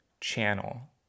Channel